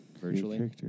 virtually